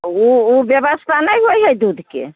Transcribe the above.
ओ ओ व्यवस्था नहि होइ हय दूधके